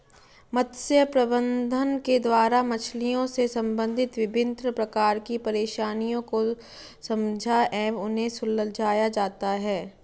मत्स्य प्रबंधन के द्वारा मछलियों से संबंधित विभिन्न प्रकार की परेशानियों को समझा एवं उन्हें सुलझाया जाता है